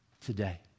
today